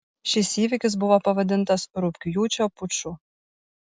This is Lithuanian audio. šis įvykis buvo pavadintas rugpjūčio puču